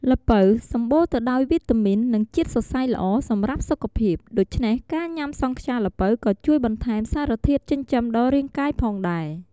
ល្ពៅសម្បូរទៅដោយវីតាមីន និងជាតិសរសៃល្អសម្រាប់សុខភាពដូច្នេះ ការញ៉ាំសង់ខ្យាល្ពៅក៏ជួយបន្ថែមសារធាតុចិញ្ចឹមដល់រាងកាយផងដែរ។